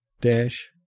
dash